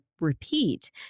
repeat